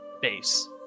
base